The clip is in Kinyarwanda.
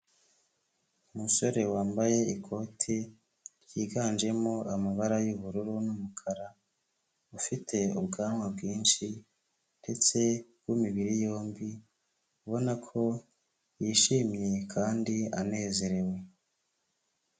Umusore wambaye ikoti ryiganjemo amabara y'ubururu n'umukara, ufite ubwanwa bwinshi ndetse w'imibiri yombi, ubona ko yishimye kandi anezerewe.